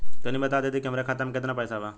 तनि बता देती की हमरे खाता में कितना पैसा बा?